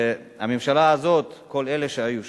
הממשלה הזאת, כל אלה שהיו שם.